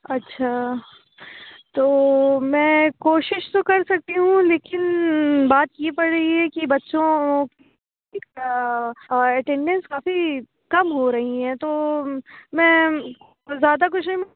اچھا تو میں کوشش تو کر سکتی ہوں لیکن بات یہ پڑ رہی ہے کہ بچوں کا کا اٹینڈینس کافی کم ہو رہی ہے تو میں زیادہ کچھ نہیں